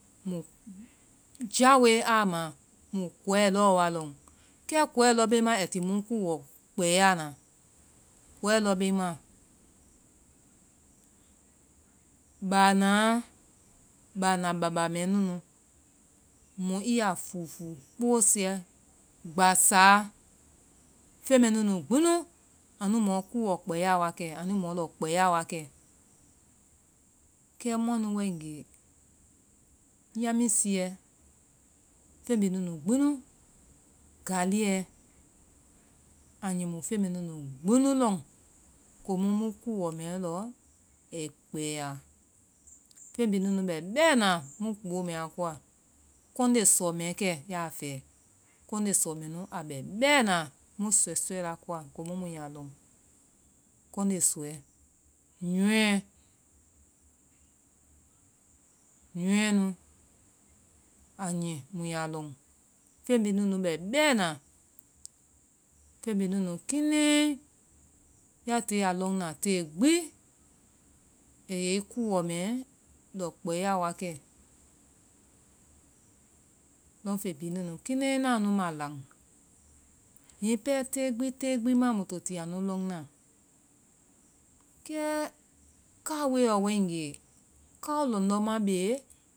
Mu jaoe, aa ma mui kɔɔɛ lɔɔ wa lɔŋ. kɛ kɔɔ lɔ ben maa aiti mu kuuɔ kpɛɛyana kɔɔɛ lɔben maa baana, baana baba mɛɛ nuu nuu, mɔ i yaa fuufuu, kpoosiye, gbasaa, feŋ mɛɛ nunu gbi nu. anui mɔ kuuɔ kpɛɛya wa kɛ. anui mɔ lɔ kpɛɛya wa kɛ. kɛ mua nu waegee, yambesiyɛ, feŋ bihi nunu gbi nu, galiyɛ, a nyi mui fen mɛɛ nunu gbi nu lɔ. komu mu kuuɔ mɛɛ lɔ, ai kpɛɛya feŋ bihi nunu bɛ bɛɛna, mu kpoo mɛɛya kowa. Kɔnde sɔ mɛɛ kɛ i yaa fɛɛ, kɔndɛ sɔ mɛ nu, a bɛ bɛɛna mu suye suyɛɛ la koa, kɛ mu mu yaa lɔn, kɔnde sɔɛ, nyɔɔɛ, nyɔɔɛ nu, a nyi nuyaa lɔn. fey bihi nunu bɛ bɛɛna, fen bihi nunu kinɛɛi, ya tiyee a lɔnna tee gbi, ayɛi kuuɔ mɛɛ lɔ kpɛɛya wa kɛ. lɔn fen bihi nunu kinɛi ŋnaa nu ma lan, hihi pɛɛ tee gbi tee gbi maa nui to ti a nu lɔnna, kɛ kaoeɔ waegee, kawo lɔndɛ ma bee.